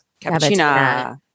Cappuccino